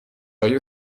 های